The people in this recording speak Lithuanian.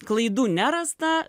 klaidų nerasta